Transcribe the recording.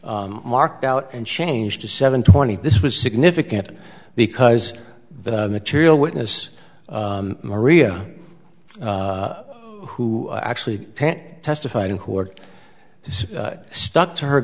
marked out and changed to seven twenty this was significant because the material witness maria who actually testified in court just stuck to her